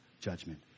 judgment